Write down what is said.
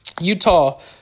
Utah